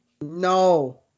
No